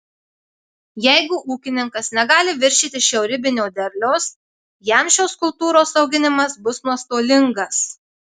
jeigu ūkininkas negali viršyti šio ribinio derliaus jam šios kultūros auginimas bus nuostolingas